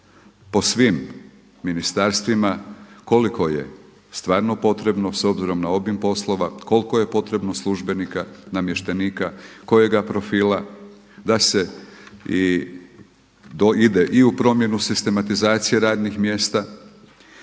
po svim ministarstvima koliko je stvarno potrebno s obzirom na obim poslova, koliko je potrebno službenika, namještenika, kojega profila da se ide i u promjenu sistematizacije radnih mjesta.